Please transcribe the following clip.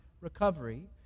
recovery